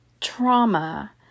trauma